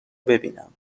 ببینم